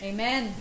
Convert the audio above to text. Amen